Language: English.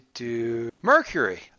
Mercury